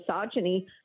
misogyny